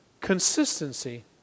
consistency